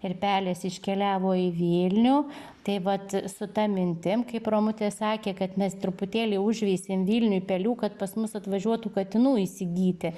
ir pelės iškeliavo į vilnių tai vat su ta mintim kaip romutė sakė kad mes truputėlį užveisėm vilniuj pelių kad pas mus atvažiuotų katinų įsigyti